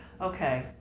okay